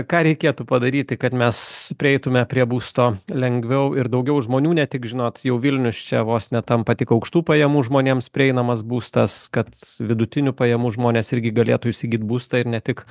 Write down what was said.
ką reikėtų padaryti kad mes prieitume prie būsto lengviau ir daugiau žmonių ne tik žinot jau vilnius čia vos ne tampa tik aukštų pajamų žmonėms prieinamas būstas kad vidutinių pajamų žmonės irgi galėtų įsigyt būstą ir ne tik